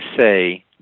say